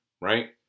right